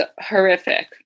horrific